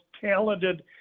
talented